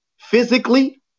physically